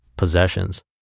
Possessions